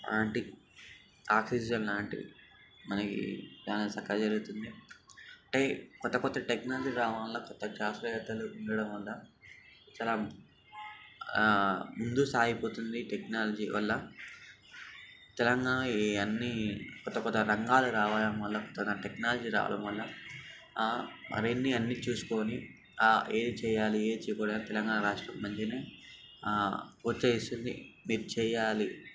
అలాంటి ఆక్సిజన్ లాంటివి మనకి చాలా చక్కగా జరుగుతుంది అంటే క్రొత్త క్రొత్త టెక్నాలజీ రావడం వల్ల క్రొత్త శాస్త్రవేత్తలు ఉండడం వల్ల చాలా ముందుకు సాగిపోతుంది ఈ టెక్నాలజీ వల్ల తెలంగాణ అన్నీ క్రొత్త క్రొత్త రంగాలు రావడం వల్ల తమ టెక్నాలజీ రావడం వల్ల అవన్నీ అన్నీ చూసుకొని ఏది చేయాలి ఏది చేయకూడదు అని తెలంగాణ రాష్ట్రం మంచిగానే వచ్చేస్తుంది వెయిట్ చేయాలి